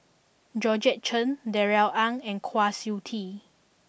Georgette Chen Darrell Ang and Kwa Siew Tee